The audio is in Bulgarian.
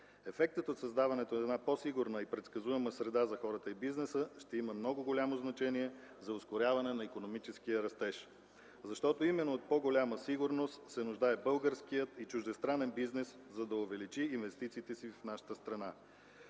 Ефектът от създаването на една по-сигурна и предсказуема среда за хората и бизнеса ще има много голямо значение за ускоряване на икономическия растеж. Защото именно от по-голяма сигурност се нуждае българският и чуждестранен бизнес, за да увеличат инвестициите си в нашата страна.